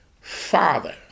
father